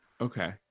Okay